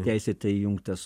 teisėtai įjungtas